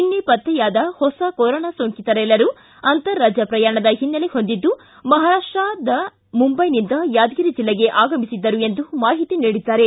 ನಿನ್ನೆ ಪತ್ತೆಯಾದ ಹೊಸ ಕೊರೊನಾ ಸೋಂಕಿತರೆಲ್ಲರೂ ಅಂತಾರಾಜ್ಯ ಪ್ರಯಾಣದ ಓನ್ನೆಲೆ ಹೊಂದಿದ್ದು ಮಹಾರಾಷ್ಷದ ಮುಂಬೈನಿಂದ ಯಾದಗಿರಿ ಜಿಲ್ಲೆಗೆ ಆಗಮಿಸಿದ್ದರು ಎಂದು ಮಾಹಿತಿ ನೀಡಿದ್ದಾರೆ